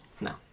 No